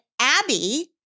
Abby-